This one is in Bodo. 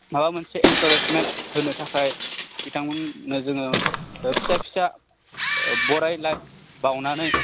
माबा मोनसे एन्कारेजमेन्ट होनो थाखाय बिथांमोननो जोङो फिसा फिसा बरायलाइ बाउनानै